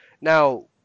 now